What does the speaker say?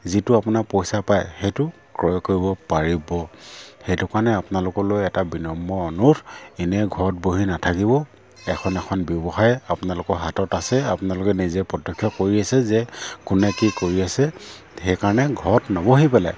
যিটো আপোনাৰ পইচা পায় সেইটো ক্ৰয় কৰিব পাৰিব সেইটো কাৰণে আপোনালোকলৈ এটা বিনম্ৰ অনুৰোধ এনেই ঘৰত বহি নাথাকিব এখন এখন ব্যৱসায় আপোনালোকৰ হাতত আছে আপোনালোকে নিজে প্ৰত্যক্ষ কৰি আছে যে কোনে কি কৰি আছে সেইকাৰণে ঘৰত নবহি পেলাই